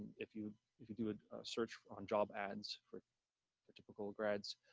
if you if you do a search on job ads for for typical grads,